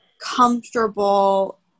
comfortable